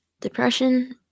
depression